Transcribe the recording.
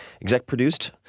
exec-produced